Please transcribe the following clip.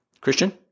Christian